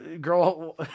girl